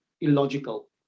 illogical